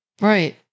right